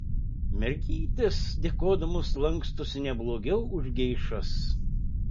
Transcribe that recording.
mergytės dėkodamos lankstosi ne blogiau už geišas